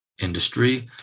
industry